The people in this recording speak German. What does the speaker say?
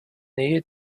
nähe